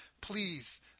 please